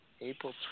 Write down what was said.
April